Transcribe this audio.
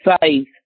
Faith